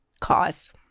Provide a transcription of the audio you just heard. Cause